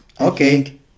Okay